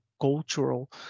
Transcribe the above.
cultural